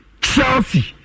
Chelsea